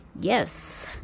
Yes